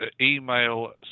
Email